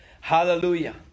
Hallelujah